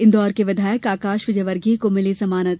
इन्दौर के विधायक आकाश विजयवर्गीय को मिली जमानत